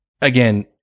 Again